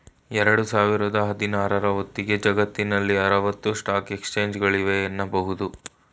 ಎರಡು ಸಾವಿರದ ಹದಿನಾರ ರ ಹೊತ್ತಿಗೆ ಜಗತ್ತಿನಲ್ಲಿ ಆರವತ್ತು ಸ್ಟಾಕ್ ಎಕ್ಸ್ಚೇಂಜ್ಗಳಿವೆ ಎನ್ನುಬಹುದು